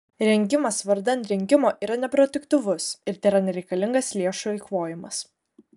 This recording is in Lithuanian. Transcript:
rengimas vardan rengimo yra neproduktyvus ir tėra nereikalingas lėšų eikvojimas